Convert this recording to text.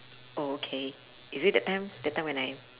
oh okay is it that time that time when I